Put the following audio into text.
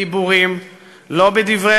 לא בדיבורים,